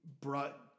brought